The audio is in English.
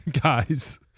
guys